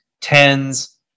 tens